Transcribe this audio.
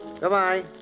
Goodbye